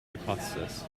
hypothesis